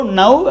now